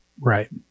right